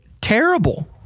terrible